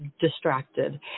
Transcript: distracted